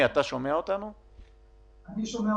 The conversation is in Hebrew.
אני חושב